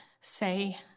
say